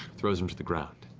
throws them to the ground.